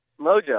Mojo